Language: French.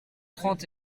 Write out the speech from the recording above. trente